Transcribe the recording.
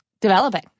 developing